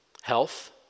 Health